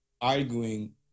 arguing